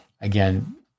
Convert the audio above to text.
again